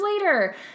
later